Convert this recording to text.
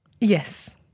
Yes